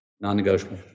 Non-negotiable